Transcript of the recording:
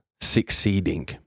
succeeding